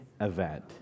event